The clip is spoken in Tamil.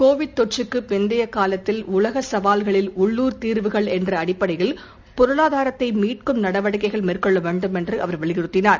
கோவிட் தொற்றுக்குப் பிந்தைய காலத்தில் உலக சவால்களில் உள்ளுர் தீர்வுகள் என்ற அடிப்படையில் பொருளாதாரத்தை மீட்கும் நடவடிக்கைகள் மேற்கொள்ள வேண்டும் என்று அவர் வலியுறுத்தினார்